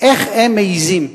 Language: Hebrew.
איך הם מעזים.